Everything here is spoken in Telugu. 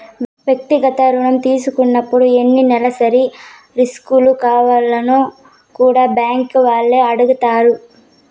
వ్యక్తిగత రుణం తీసుకున్నపుడు ఎన్ని నెలసరి కిస్తులు కావాల్నో కూడా బ్యాంకీ వాల్లే అడగతారు